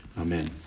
Amen